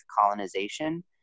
colonization